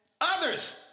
others